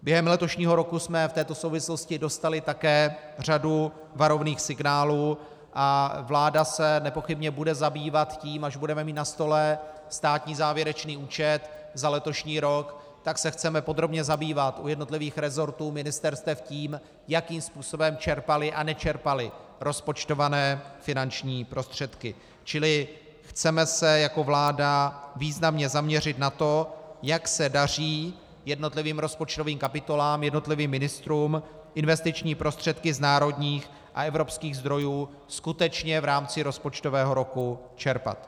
Během letošního roku jsme v této souvislosti dostali také řadu varovných signálů a vláda se nepochybně bude zabývat tím, až budeme mít na stole státní závěrečný účet za letošní rok, tak se chceme podrobně zabývat u jednotlivých resortů ministerstev tím, jakým způsobem čerpaly a nečerpaly rozpočtované finanční prostředky, čili chceme se jako vláda významně zaměřit na to, jak se daří jednotlivým rozpočtovým kapitolám, jednotlivým ministrům investiční prostředky z národních a evropských zdrojů skutečně v rámci rozpočtového roku čerpat.